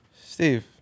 Steve